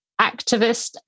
activist